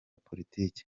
politiki